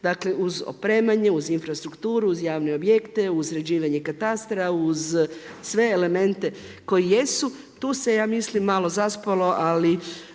dakle uz opremanje, uz infrastrukturu, uz javne objekte, uz sređivanje katastra, uz sve elemente koji jesu, tu se ja mislim malo zaspalo ali